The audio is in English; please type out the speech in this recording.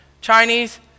Chinese